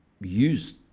use